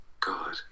God